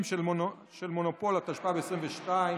אינו נוכח יסמין פרידמן,